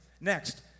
Next